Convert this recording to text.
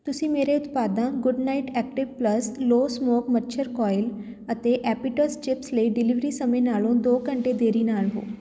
ਤੁਸੀਂ ਮੇਰੇ ਉਤਪਾਦਾਂ Good Knight active plus low smoke ਮੱਛਰ ਕੋਇਲ ਅਤੇ ਐਪੀਟਸ ਚਿਪਸ ਲਈ ਡਿਲੀਵਰੀ ਸਮੇਂ ਨਾਲੋਂ ਦੋ ਘੰਟੇ ਦੇਰੀ ਨਾਲ ਹੋ